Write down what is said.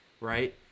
right